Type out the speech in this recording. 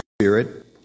Spirit